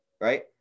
right